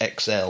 xl